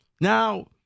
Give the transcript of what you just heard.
Now